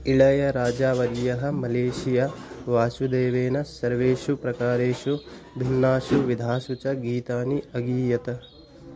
इळयराजावर्यः Malaysia वासुदेवेन सर्वेषु प्रकारेषु भिन्नेषु विधेषु च गीतानि अगीयत